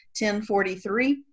1043